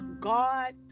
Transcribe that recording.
God